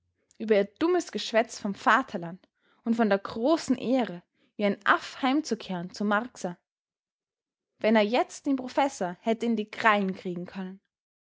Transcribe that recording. über ihr dummes geschwätz vom vaterland und von der großen ehre wie ein aff heimzukehren zur marcsa wenn er jetzt den professor hätte in die krallen kriegen können